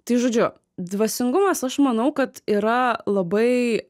tai žodžiu dvasingumas aš manau kad yra labai